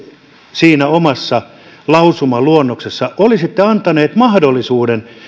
siinä omassa lausumaluonnoksessanne olisitte antaneet mahdollisuuden